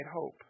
hope